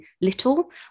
little